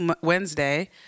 Wednesday